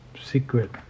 secret